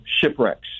shipwrecks